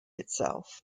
itself